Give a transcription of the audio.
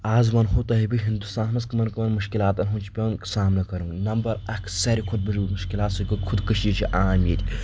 آز وَنہو تۄہہِ بہٕ ہِنٛدوستانَس منٛز کٕمَن کٕمَن مُشکِلاتَن ہُنٛد چھُ پؠوان سامنہٕ کرُن نَمبَر اَکھ ساروِی کَھۄتہٕ مُشکِلات سُہ گوٚو خُدکَشی چِھِ عام ییٚتہِ